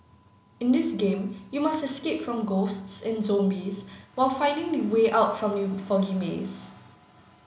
in this game you must escape from ghosts and zombies while finding the way out from the foggy maze